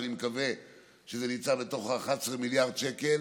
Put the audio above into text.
אני מקווה שזה נמצא בתוך ה-11 מיליארד שקל,